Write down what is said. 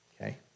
Okay